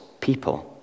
people